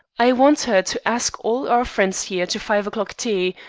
i want her to ask all our friends here to five o'clock tea,